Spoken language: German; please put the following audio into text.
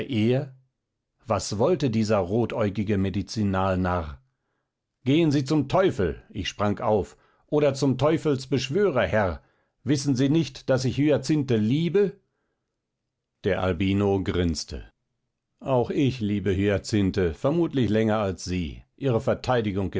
er was wollte dieser rotäugige medizinalnarr gehen sie zum teufel ich sprang auf oder zum teufelsbeschwörer herr wissen sie nicht daß ich hyacinthe liebe der albino grinste auch ich liebe hyacinthe vermutlich länger als sie ihre verteidigung